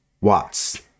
watts